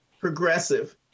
progressive